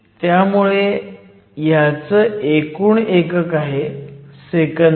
त्यामुळे ह्याचं एकूण एकक आहे सेकंद